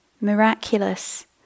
miraculous